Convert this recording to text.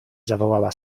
zawołała